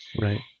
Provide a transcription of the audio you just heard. Right